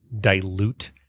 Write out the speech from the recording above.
dilute